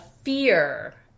Fear